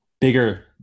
bigger